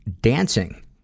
dancing